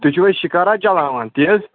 تُہۍ چھُو حظ شِکارا چلاوان تہِ حظ